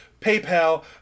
PayPal